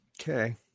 Okay